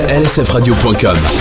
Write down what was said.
lsfradio.com